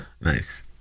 Nice